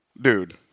dude